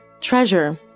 Treasure